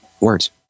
words